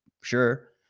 Sure